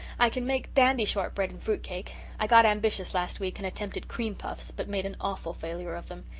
i can make dandy short-bread and fruitcake. i got ambitious last week and attempted cream puffs, but made an awful failure of them.